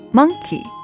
Monkey